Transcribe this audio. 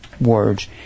words